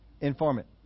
informant